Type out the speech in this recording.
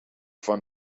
van